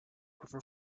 river